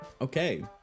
Okay